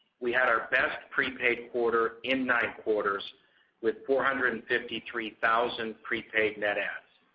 we had our best prepaid quarter in quarters with four hundred and fifty three thousand prepaid net adds.